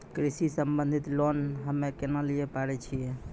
कृषि संबंधित लोन हम्मय केना लिये पारे छियै?